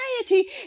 society